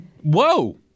Whoa